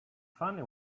finally